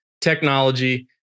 technology